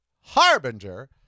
harbinger